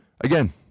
again